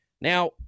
Now